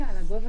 בבקשה.